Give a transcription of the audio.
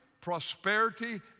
prosperity